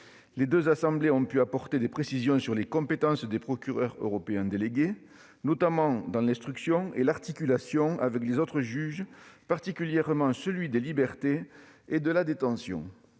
Les deux assemblées ont pu apporter des précisions sur les compétences des procureurs européens délégués, notamment dans l'instruction et l'articulation avec les autres juges, particulièrement celui des libertés et de la détention.